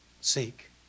Seek